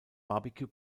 barbecue